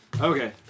Okay